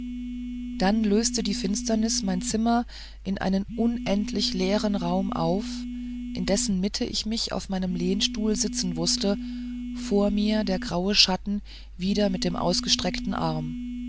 dann löste die finsternis mein zimmer in einen unendlichen leeren raum auf in dessen mitte ich mich auf meinem lehnstuhl sitzen wußte vor mir der graue schatten wieder mit dem ausgestreckten arm